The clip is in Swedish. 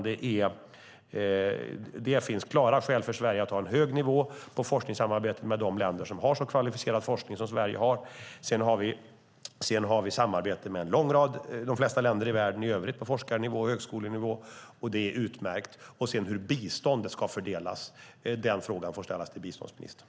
Det finns klara skäl för Sverige att ha en hög nivå på forskningssamarbetet med de länder som har så kvalificerad forskning som Sverige har. Vi har samarbete med de flesta länder i världen i övrigt på forskarnivå och högskolenivå, och det är utmärkt. Sedan får frågan om hur biståndet ska fördelas ställas till biståndsministern.